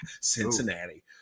Cincinnati